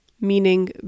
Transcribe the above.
meaning